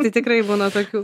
tai tikrai būna tokių